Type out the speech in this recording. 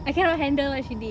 I cannot handle what she did